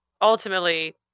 ultimately